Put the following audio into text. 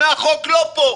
יוזמי החוק לא פה.